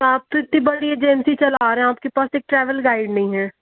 आप तो इतनी बड़ी एजेंसी चला रहे हैं आपके पास एक ट्रैवेल गाइड नहीं है